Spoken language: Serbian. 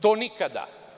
To nikada.